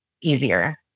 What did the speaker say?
easier